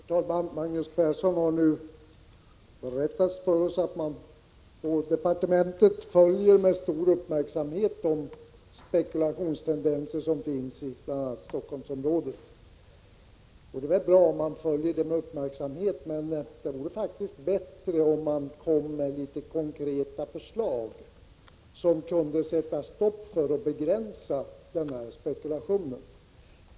Herr talman! Magnus Persson har nu berättat för oss att man i departementet följer med stor uppmärksamhet de spekulationstendenser som finns i bl.a. Stockholmsområdet. Det är bra att man följer det med uppmärksam het, men det vore faktiskt bättre om man kom med förslag till konkreta åtgärder som kunde sätta stopp för eller åtminstone begränsa spekulationen.